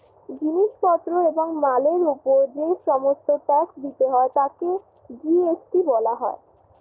জিনিস পত্র এবং মালের উপর যে সমস্ত ট্যাক্স দিতে হয় তাকে জি.এস.টি বলা হয়